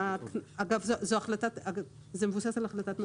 אדוני, זה מבוסס על החלטת ממשלה.